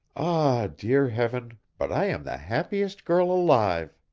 ah, dear heaven, but i am the happiest girl alive!